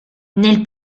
nel